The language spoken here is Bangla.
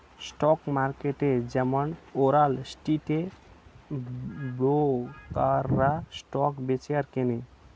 স্টক মার্কেট যেমন ওয়াল স্ট্রিটে ব্রোকাররা স্টক বেচে আর কেনে